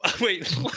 Wait